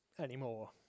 anymore